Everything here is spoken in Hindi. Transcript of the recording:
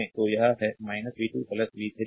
तो यह है v 2 v 3 3 0 यह इक्वेशन 3 है